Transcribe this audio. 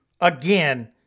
again